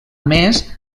més